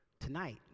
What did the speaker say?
Tonight